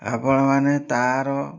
ଆପଣମାନେ ତା'ର